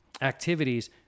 activities